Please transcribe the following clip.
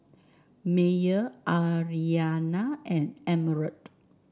Meyer Aryanna and Emerald